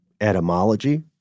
etymology